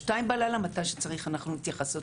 2:00 בלילה כל זמן שצריך אנחנו מתייחסות